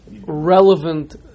relevant